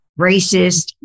racist